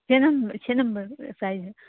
چھ نمبر چھ number size ہے